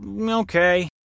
okay